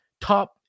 top